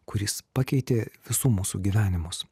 kuris pakeitė visų mūsų gyvenimus